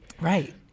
right